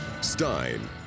Stein